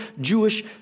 Jewish